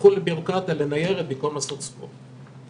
הפכו לבירוקרטיה, לניירת, במקום לעשות ספורט.